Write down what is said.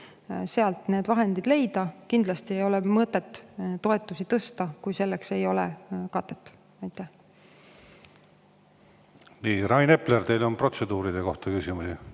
need vahendid leida. Kindlasti ei ole mõtet toetusi tõsta, kui selleks ei ole katet. Rain Epler, teil on protseduuride kohta küsimus.